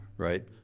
Right